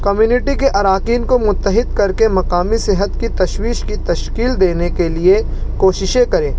community کے اراکین کو متحد کر کے مقامی صحت کی تشویش کی تشکیل دینے کے لیے کوششیں کریں